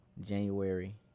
January